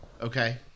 Okay